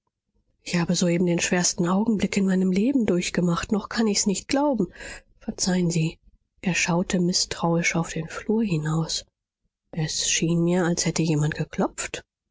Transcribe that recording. ich habe soeben den schwersten augenblick in meinem leben durchgemacht noch kann ich's nicht glauben verzeihen sie er schaute mißtrauisch auf den flur hinaus es schien mir als hätte jemand geklopft